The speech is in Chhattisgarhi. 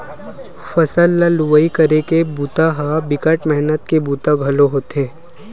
फसल ल लुवई करे के बूता ह बिकट मेहनत के बूता घलोक होथे